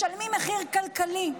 משלמים מחיר כלכלי.